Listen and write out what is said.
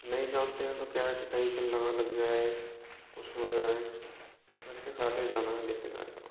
नहीं ज़ानते हैं तो क्या है कि कहीं पे लगा लग जाए कुछ हो जाए और इसके फायदे ज़्यादा हैं देखे जाएं तो